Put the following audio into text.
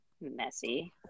Messy